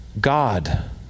God